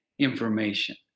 information